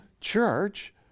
church